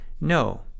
No